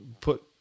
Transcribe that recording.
put